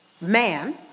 man